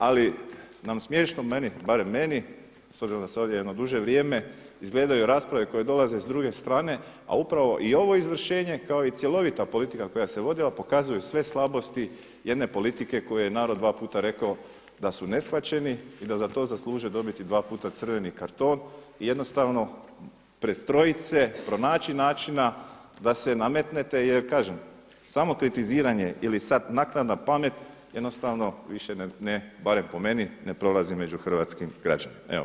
Ali nam smiješno, meni, barem meni s obzirom da sam ovdje jedno duže vrijeme izgledaju rasprave koje dolaze s druge strane, a upravo i ovo izvršenje kao i cjelovita politika koja se vodila pokazuje sve slabosti jedne politike koju je narod dva puta rekao da su neshvaćeni i da za to zasluže dobiti dva puta crveni karton jednostavno prestrojiti se pronaći načina da se nametnete jer samo kritiziranje ili sada naknadna pamet više barem po meni ne prolazi među hrvatskim građanima.